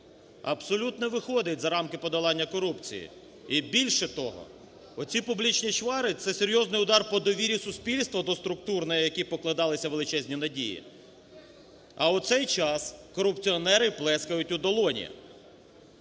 абсолютно виходить за рамки подолання корупції і більше того, оці публічні чвари – це серйозний удар по довірі суспільства до структур, на які покладалися величезні надії, а у цей час корупціонери плескають у долоні.